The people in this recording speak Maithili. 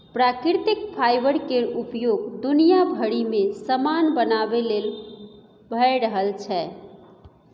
प्राकृतिक फाईबर केर उपयोग दुनिया भरि मे समान बनाबे लेल भए रहल छै